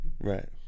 Right